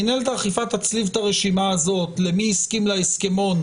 מינהלת האכיפה תצליב את הרשימה הזאת עם מי שהסכים להסכמון,